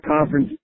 Conference